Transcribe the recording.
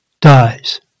dies